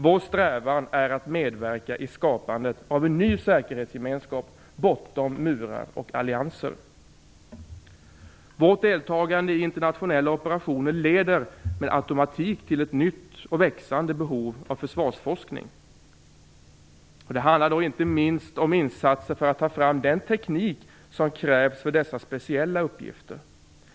Vår strävan är att medverka i skapandet av en ny säkerhetsgemenskap bortom murar och allianser. Vårt deltagande i internationella operationer leder med automatik till ett nytt och växande behov av försvarsforskning. Det handlar inte minst om insatser för att ta fram den teknik som krävs för dessa speciella uppgifter.